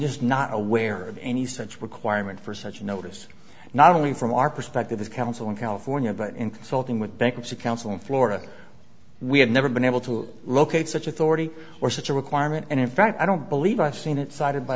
just not aware of any such requirement for such notice not only from our perspective as counsel in california but in consulting with bankruptcy counsel in florida we have never been able to locate such authority or such a requirement and in fact i don't believe i've seen it cited by